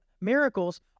miracles